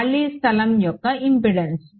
ఖాళీ స్థలం యొక్క ఇంపెడెన్స్